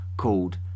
called